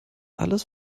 alles